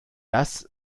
das